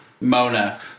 Mona